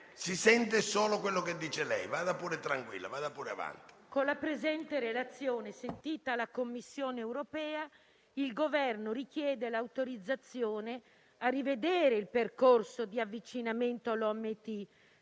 si sente solo quello che dice lei. Vada pure avanti. FAGGI *(L-SP-PSd'Az)*. Con la presente relazione, sentita la Commissione europea, il Governo richiede l'autorizzazione a rivedere il percorso di avvicinamento all'Obiettivo